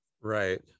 right